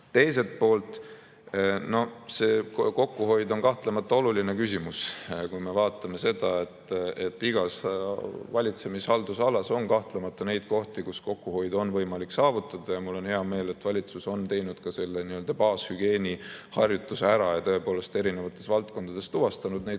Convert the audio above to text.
Teiselt poolt, see kokkuhoid on kahtlemata oluline küsimus. Igas valitsemis‑, haldusalas on kahtlemata neid kohti, kus kokkuhoidu on võimalik saavutada, ja mul on hea meel, et valitsus on teinud ka selle nii-öelda baashügieeni harjutuse ära ja erinevates valdkondades tuvastanud neid